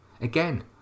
Again